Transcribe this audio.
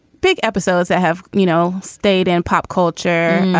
big episodes that have, you know, state and pop culture,